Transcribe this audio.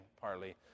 partly